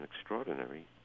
extraordinary